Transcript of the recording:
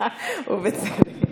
הכספים.